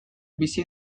bizi